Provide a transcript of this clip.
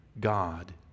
God